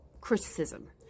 criticism